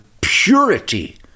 purity